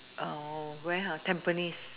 um where ha tampines